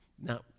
Now